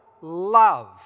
love